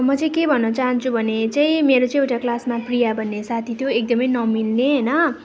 म चाहिँ के भन्नु चाहन्छु भने चाहिँ मेरो चाहिँ एउटा क्लासमा प्रिया भन्ने साथी थियो एकदमै नमिल्ने होइन